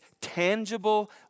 tangible